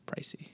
pricey